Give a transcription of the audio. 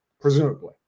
presumably